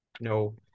No